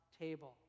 table